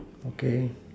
okay